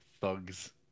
thugs